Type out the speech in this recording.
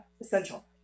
essential